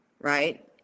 right